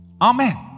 Amen